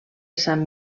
sant